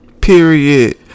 Period